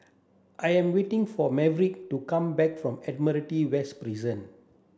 I am waiting for Maverick to come back from Admiralty West Prison